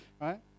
right